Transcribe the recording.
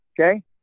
Okay